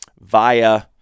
via